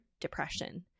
depression